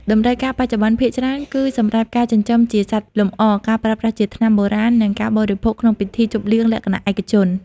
តម្រូវការបច្ចុប្បន្នភាគច្រើនគឺសម្រាប់ ការចិញ្ចឹមជាសត្វលម្អ ការប្រើប្រាស់ជាថ្នាំបុរាណ និង ការបរិភោគក្នុងពិធីជប់លៀងលក្ខណៈឯកជន។